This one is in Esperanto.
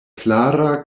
klara